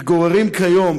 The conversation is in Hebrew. מתגוררים כיום,